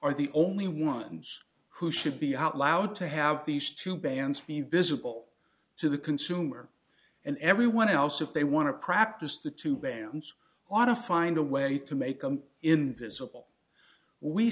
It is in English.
are the only ones who should be out loud to have these two bands be visible to the consumer and everyone else if they want to practice the two bands ought to find a way to make them invisible we